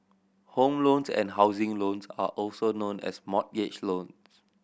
home loans and housing loans are also known as mortgage loans